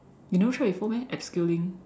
you never try before meh abseiling